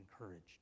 encouraged